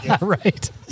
right